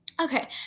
Okay